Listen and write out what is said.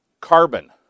carbon